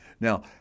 Now